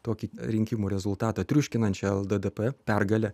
tokį rinkimų rezultatą triuškinančią lddp pergalę